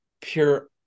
pure